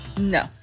No